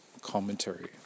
Commentary